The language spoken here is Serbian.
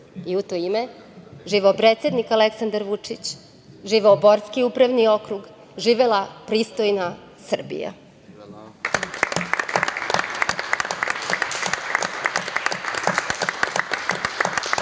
U to ime, živeo predsednik Aleksandar Vučić, živeo Borski upravni okrug, živela pristojna Srbija!